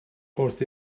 wrth